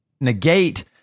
negate